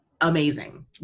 amazing